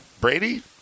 Brady